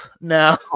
Now